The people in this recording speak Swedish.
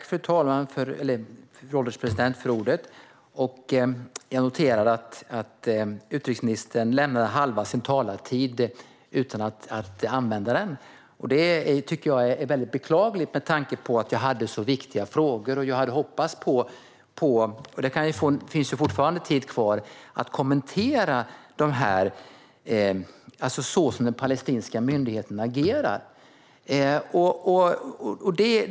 Fru ålderspresident! Jag noterar att utrikesministern lämnade halva sin talartid utan att använda den. Det tycker jag är väldigt beklagligt med tanke på att jag hade så viktiga frågor. Det finns fortfarande tid kvar att kommentera hur den palestinska myndigheten agerar.